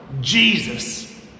Jesus